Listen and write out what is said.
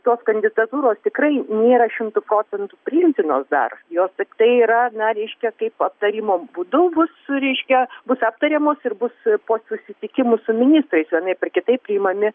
tos kandidatūros tikrai nėra šimtu procentu priimtinos dar jos tiktai yra na reiškia kaip aptarimo būdu bus reiškia bus aptariamos ir bus po susitikimų su ministrais vienaip ar kitaip priimami